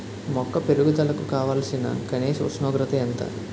మొక్క పెరుగుదలకు కావాల్సిన కనీస ఉష్ణోగ్రత ఎంత?